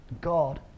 God